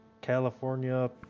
California